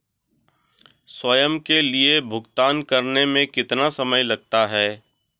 स्वयं के लिए भुगतान करने में कितना समय लगता है?